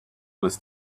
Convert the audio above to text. was